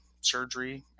surgery